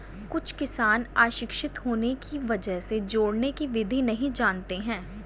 कुछ किसान अशिक्षित होने की वजह से जोड़ने की विधि नहीं जानते हैं